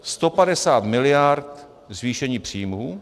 150 mld. zvýšení příjmů.